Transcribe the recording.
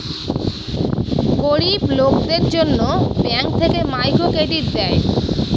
গরিব লোকদের জন্য ব্যাঙ্ক থেকে মাইক্রো ক্রেডিট দেয়